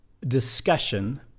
discussion